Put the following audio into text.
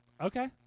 Okay